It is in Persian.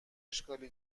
اشکالی